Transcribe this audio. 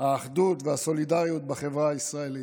האחדות והסולידריות בחברה הישראלית.